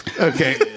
Okay